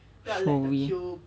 showy